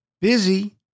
Busy